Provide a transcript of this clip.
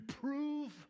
prove